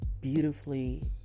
beautifully